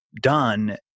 done